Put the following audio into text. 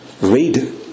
read